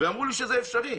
ואמרו לי שזה אפשרי.